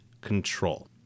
control